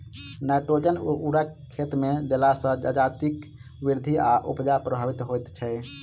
nitrogen उर्वरक खेतमे देला सॅ जजातिक वृद्धि आ उपजा प्रभावित होइत छै